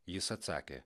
jis atsakė